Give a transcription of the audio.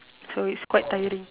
so it's quite tiring